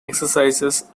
exercises